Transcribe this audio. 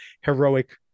heroic